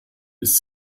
ist